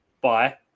bye